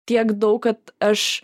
tiek daug kad aš